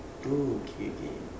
oh okay okay